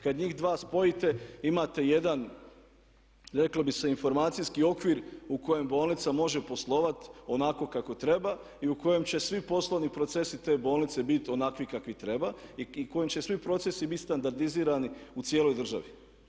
Kada njih dva spojite, imate jedan, reklo bi se informacijski okvir u kojem bolnica može poslovati onako kako treba i u kojem će svi poslovni procesi te bolnice biti onakvi kakvi trebaju i kojim će svi procesi biti standardizirani u cijeloj državi.